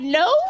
no